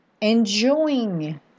enjoying